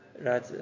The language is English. right